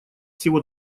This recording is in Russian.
всего